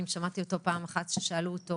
אם שמעתם אותו פעם אחת כששאלו אותו